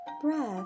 breath